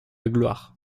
gloire